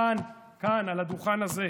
כאן, על הדוכן הזה,